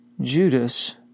Judas